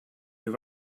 have